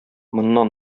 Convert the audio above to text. моннан